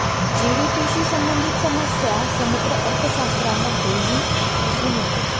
GDP शी संबंधित समस्या समग्र अर्थशास्त्रामध्येही दिसून येते